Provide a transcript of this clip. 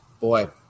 Boy